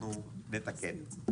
אנחנו נתקן.